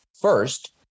First